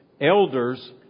Elders